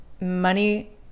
money